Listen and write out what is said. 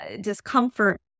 discomfort